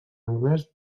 anglès